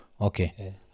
Okay